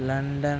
London